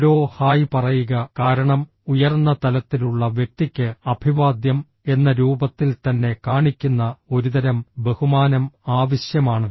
hello hi പറയുക കാരണം ഉയർന്ന തലത്തിലുള്ള വ്യക്തിക്ക് അഭിവാദ്യം എന്ന രൂപത്തിൽ തന്നെ കാണിക്കുന്ന ഒരുതരം ബഹുമാനം ആവശ്യമാണ്